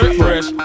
fresh